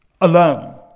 Alone